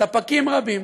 ספקים רבים,